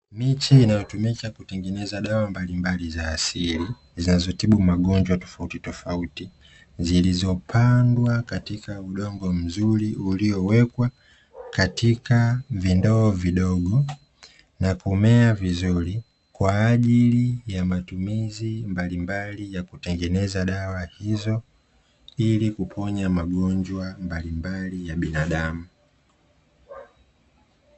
Miche inayotumika kutengeneza dawa mbalimbali za asili zinazotibu magonjwa tofauti tofauti, zilizopandwa katika udongo mzuri uliowekwa katika vindoo vidogo na kumea vizuri kwa ajili ya matumizi mbalimbali ya kutengeneza dawa hizo ili kuponya magonjwa mbalimbali ya binadamu.